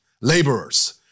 laborers